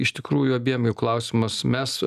iš tikrųjų abiem jum klausimas mes